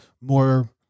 more